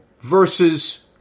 Versus